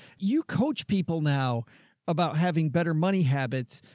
you coach people now about having better money habits,